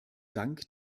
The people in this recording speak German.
dank